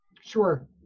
Sure